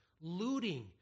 looting